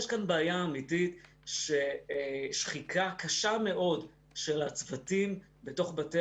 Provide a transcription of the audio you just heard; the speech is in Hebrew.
יש כאן בעיה האמיתית של שחיקה קשה מאוד של הצוותים בתוך בתי